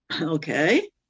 okay